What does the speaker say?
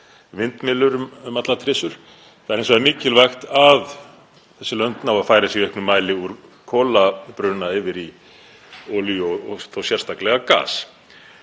upp vindmyllur um allar trissur. Það er hins vegar mikilvægt að þessi lönd nái að færast í auknum mæli úr kolabruna yfir í olíu og þó sérstaklega gas.